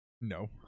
No